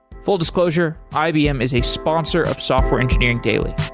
full disclosure, ibm is a sponsor of software engineering daily